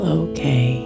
okay